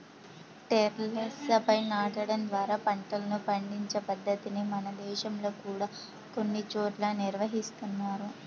టెర్రస్లపై నాటడం ద్వారా పంటలను పండించే పద్ధతిని మన దేశంలో కూడా కొన్ని చోట్ల నిర్వహిస్తున్నారు